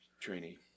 Trainee